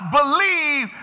believe